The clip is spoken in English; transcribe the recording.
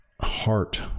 heart